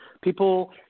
people